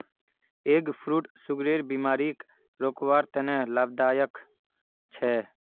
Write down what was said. egg fruit सुगरेर बिमारीक रोकवार तने लाभदायक छे